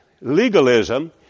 Legalism